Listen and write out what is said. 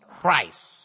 Christ